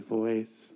voice